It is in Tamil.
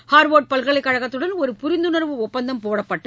ஹாவோர்டு பல்கலைக்கழகத்துடன் ஒரு புரிந்துணர்வு ஒப்பந்தம் போடப்பட்டு